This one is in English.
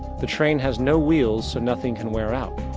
the train has no wheels, so nothing can wear out.